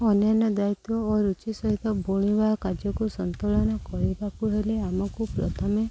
ଅନ୍ୟାନ୍ୟ ଦାୟିତ୍ୱ ଓ ରୁଚି ସହିତ ବୁଣିବା କାର୍ଯ୍ୟକୁ ସନ୍ତୁଳନ କରିବାକୁ ହେଲେ ଆମକୁ ପ୍ରଥମେ